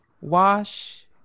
Wash